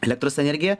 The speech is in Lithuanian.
elektros energiją